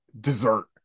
dessert